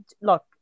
look